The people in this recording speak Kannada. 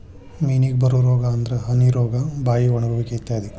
ಮೇನಿಗೆ ಬರು ರೋಗಾ ಅಂದ್ರ ಹನಿ ರೋಗಾ, ಬಾಯಿ ಒಣಗುವಿಕೆ ಇತ್ಯಾದಿ